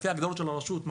לפי ההגדרות של הרשות,